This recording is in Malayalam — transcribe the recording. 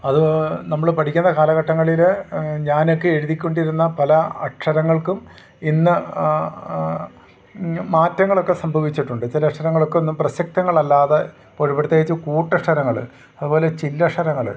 അതു നമ്മൾ പഠിക്കുന്ന കാലഘട്ടങ്ങളിൽ ഞാനൊക്കെ എഴുതിക്കൊണ്ടിരുന്ന പല അക്ഷരങ്ങൾക്കും ഇന്ന് ഇങ്ങ് മാറ്റങ്ങളൊക്കെ സംഭവിച്ചിട്ടുണ്ട് ചില അക്ഷരങ്ങള്ക്കൊന്നും പ്രസക്തങ്ങളല്ലാതെ ഇപ്പോൾ പ്രത്യേകിച്ച് കൂട്ടക്ഷരങ്ങൾ അതുപോലെ ചില്ലക്ഷരങ്ങൾ